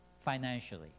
financially